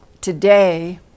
today